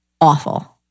awful